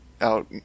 out